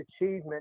achievement